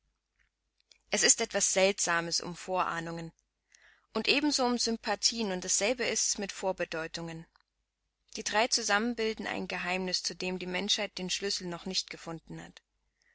es ist etwas seltsames um vorahnungen und ebenso um sympathien und dasselbe ist's mit vorbedeutungen die drei zusammen bilden ein geheimnis zu dem die menschheit den schlüssel noch nicht gefunden hat